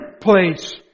place